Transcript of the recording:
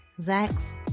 Zach's